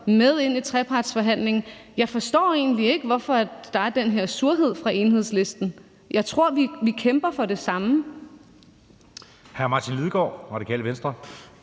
med ind i trepartsforhandlingerne? Jeg forstår egentlig ikke, hvorfor der er den her surhed fra Enhedslistens side. Jeg tror, vi kæmper for det samme. Kl. 16:07 Anden næstformand (Jeppe